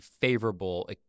favorable